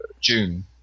june